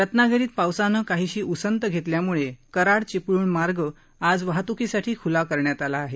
रत्नागिरीत पावसानं काहीशी उसंत घेतल्यामुळे कराड चिपळूण मार्ग आज वाहतुकीसाठी ख्ला करण्यात आला आहे